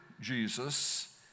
Jesus